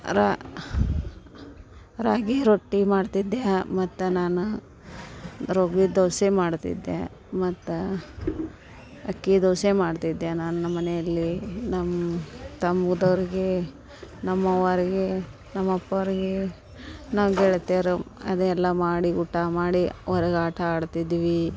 ರಾ ರಾಗಿ ರೊಟ್ಟಿ ಮಾಡ್ತಿದ್ದೆ ಮತ್ತು ನಾನು ರವೆ ದೋಸೆ ಮಾಡ್ತಿದ್ದೆ ಮತ್ತು ಅಕ್ಕಿ ದೋಸೆ ಮಾಡ್ತಿದ್ದೆ ನನ್ನ ಮನೆಯಲ್ಲಿ ನಮ್ಮ ತಮ್ದೀರ್ಗೆ ನಮ್ಮ ಅವ್ವಾವ್ರ್ಗೆ ನಮ್ಮ ಅಪ್ಪಾರ್ಗೆ ನಾವು ಗೆಳ್ತೀರು ಅದೇ ಎಲ್ಲ ಮಾಡಿ ಊಟ ಮಾಡಿ ಹೊರಗ್ ಆಟ ಆಡ್ತಿದ್ವಿ